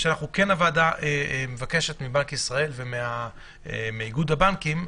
הוועדה מבקשת מבנק ישראל ומאיגוד הבנקים,